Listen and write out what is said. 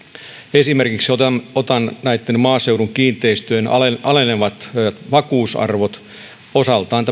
esimerkiksi otan otan maaseudun kiinteistöjen alenevat vakuusarvot osaltaan